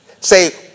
Say